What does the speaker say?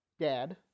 dad